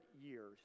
years